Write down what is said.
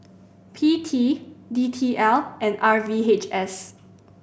P T D T L and R V H S